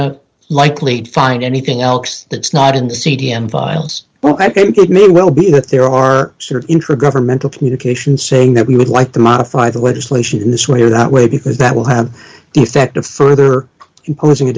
to likely find anything else that's not in the c d n files well i think it may well be that there are sort of intragovernmental communications saying that we would like to modify the legislation in this way or that way because that will have the effect of further imposing a